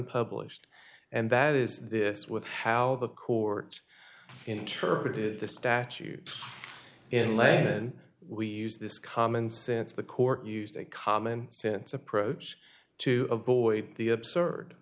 published and that is this with how the court interpreted the statute in lebanon we use this common sense the court used a common sense approach to avoid the absurd